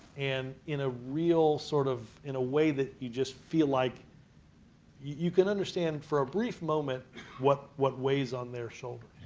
and ah real sort of, in a way that you just feel like you can understand for a brief moment what what weighs on their shoulders.